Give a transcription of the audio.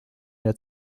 der